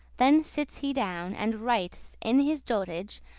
then sits he down, and writes in his dotage,